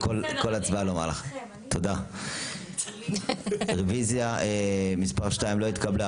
הצבעה הרוויזיה לא נתקבלה הרוויזיה לא התקבלה.